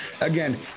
again